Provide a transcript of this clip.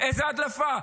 איזו הדלפה?